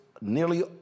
nearly